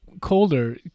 colder